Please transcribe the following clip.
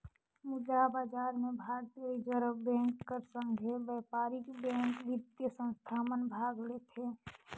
मुद्रा बजार में भारतीय रिजर्व बेंक कर संघे बयपारिक बेंक, बित्तीय संस्था मन भाग लेथें